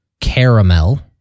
Caramel